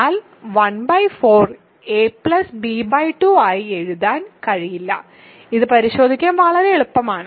എന്നാൽ ¼ a b2 ആയി എഴുതാൻ കഴിയില്ല അത് പരിശോധിക്കാൻ വളരെ എളുപ്പമാണ്